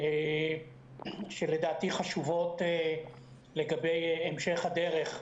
שלדעתי חשובות לגבי המשך הדרך,